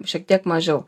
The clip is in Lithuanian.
šiek tiek mažiau